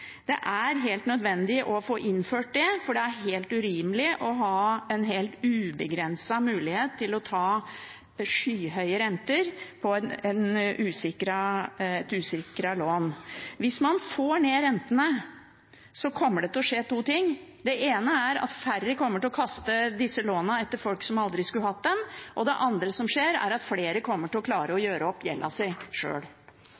Det er helt nødvendig å få innført det, for det er helt urimelig å ha en ubegrenset mulighet til å ta skyhøye renter på et usikret lån. Hvis man får ned rentene, kommer det til å skje to ting: Det ene er at færre kommer til å kaste disse lånene etter folk som aldri skulle hatt dem. Det andre som skjer, er at flere kommer til å klare å gjøre opp gjelda si sjøl.